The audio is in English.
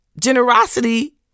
Generosity